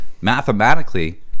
mathematically